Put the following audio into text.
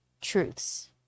truths